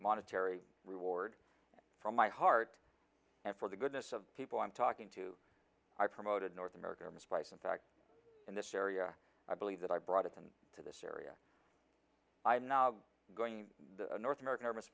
monetary reward from my heart and for the goodness of people i'm talking to i promoted north america spice in fact in this area i believe that i brought it in to this area i'm not going to the north america